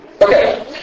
Okay